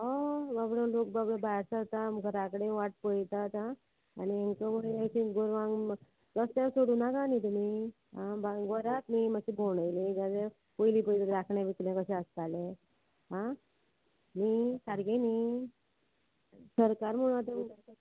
हय वगडो लोक बगळे भायर सरता घरा कडेन वाट पळयतात आ आनी हांकां वय गोरवांक रस्त्यार सोडू नाका न्ही तुमी आ बरात न्ही मातशी भोंवणयली जाल्यार पयलीं पयलीं राखणें विकणें कशें आसतालें आ न्ही सारकें न्ही सरकार म्हणून आतां उद